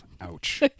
ouch